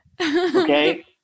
Okay